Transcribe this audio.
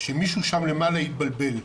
שמישהו שם למעלה התבלבל.